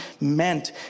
meant